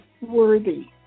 worthy